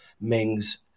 Mings